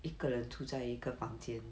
一个人住在一个房间